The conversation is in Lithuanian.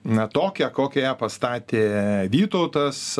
na tokią kokią ją pastatė vytautas